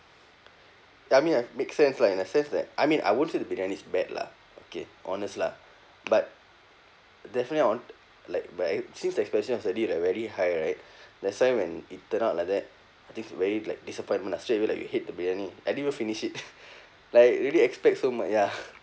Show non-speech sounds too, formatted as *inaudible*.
I mean I makes sense lah in a sense that I mean I won't say the biryani is bad lah okay honest lah but definitely I won't like buy since the expectation was already like very high right *breath* that's why when it turn out like that I think very like disappointment ah straight away like you hate the biryani I didn't even finish it *laughs* like really expect so much ya